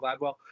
Gladwell